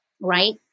right